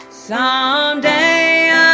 someday